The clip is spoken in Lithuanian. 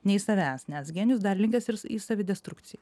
nei savęs nes genijus dar linkęs į savidestrukciją